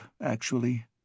actually